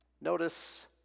Notice